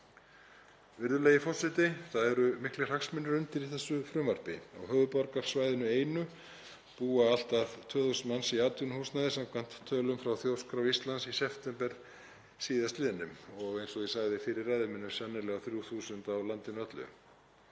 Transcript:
Virðulegi forseti. Það eru miklir hagsmunir undir í þessu frumvarpi. Á höfuðborgarsvæðinu einu búa allt að 2.000 manns í atvinnuhúsnæði samkvæmt tölum frá Þjóðskrá Íslands í september síðastliðnum og eins og ég sagði fyrr í ræðu minni sennilega 3.000 á landinu öllu.